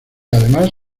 además